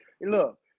Look